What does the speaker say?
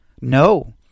No